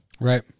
Right